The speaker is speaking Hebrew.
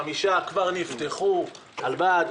חמישה כבר נפתחו בדימונה: עלבד,